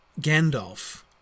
Gandalf